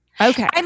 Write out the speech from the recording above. Okay